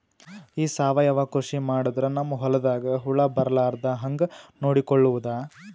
ಈ ಸಾವಯವ ಕೃಷಿ ಮಾಡದ್ರ ನಮ್ ಹೊಲ್ದಾಗ ಹುಳ ಬರಲಾರದ ಹಂಗ್ ನೋಡಿಕೊಳ್ಳುವುದ?